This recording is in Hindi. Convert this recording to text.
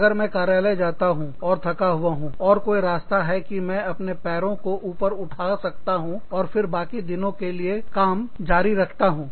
अगर मैं कार्यालय जाता हूँ और थका हुआ हूँ और कोई रास्ता है कि मैं अपने पैरों को ऊपर उठा सकता हूं और फिर बाकी दिनों के लिए काम करना जारी रखता हूं